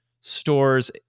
stores